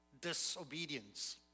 disobedience